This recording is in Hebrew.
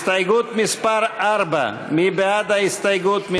הסתייגות מס' 4 מי בעד ההסתייגות?